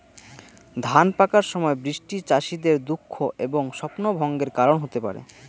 ধান পাকার সময় বৃষ্টি চাষীদের দুঃখ এবং স্বপ্নভঙ্গের কারণ হতে পারে